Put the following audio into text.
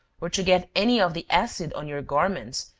or to get any of the acid on your garments,